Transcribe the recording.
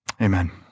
Amen